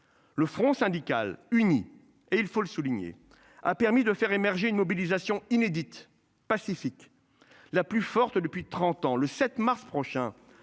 Le front syndical uni et il faut le souligner, a permis de faire émerger une mobilisation inédite pacifique. La plus forte depuis 30 ans le 7 mars prochain.